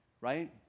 right